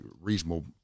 reasonable